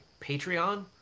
Patreon